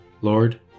Lord